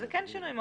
זה כן שינוי מהותי.